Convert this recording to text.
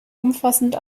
umfassend